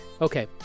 Okay